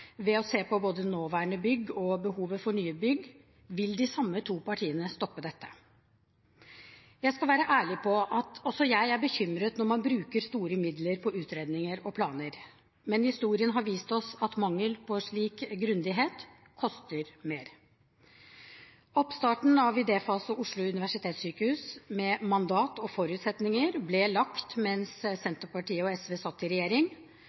ved å se på både nåværende bygg og behovet for nye bygg, vil de samme to partiene stoppe dette. Jeg skal være ærlig på at også jeg er bekymret når man bruker store midler på utredninger og planer, men historien har vist oss at mangel på slik grundighet koster mer. Oppstarten av Idéfase Oslo universitetssykehus med mandat og forutsetninger ble gjort mens Senterpartiet og SV satt i regjering.